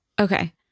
Okay